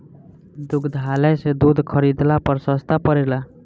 दुग्धालय से दूध खरीदला पर सस्ता पड़ेला?